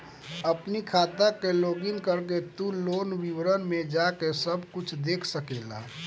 अपनी खाता के लोगइन करके तू लोन विवरण में जाके सब कुछ देख सकेला